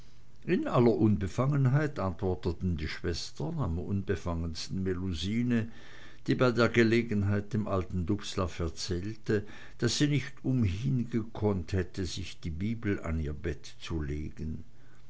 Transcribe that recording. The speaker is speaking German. in aller unbefangenheit antworteten die schwestern am unbefangensten melusine die bei der gelegenheit dem alten dubslav erzählte daß sie nicht umhin gekonnt hätte sich die bibel an ihr bett zu legen